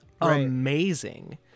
amazing